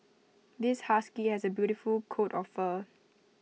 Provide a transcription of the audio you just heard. this husky has A beautiful coat of fur